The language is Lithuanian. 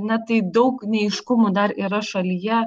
na tai daug neaiškumų dar yra šalyje